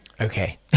Okay